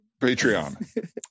Patreon